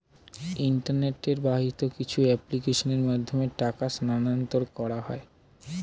internet বাহিত কিছু অ্যাপ্লিকেশনের মাধ্যমে টাকা স্থানান্তর করা হয়